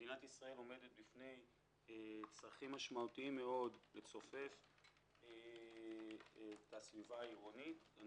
מדינת ישאל עומדת בפני צרכים משמעותיים מאוד לצופף את הסביבה העירונית.